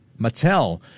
Mattel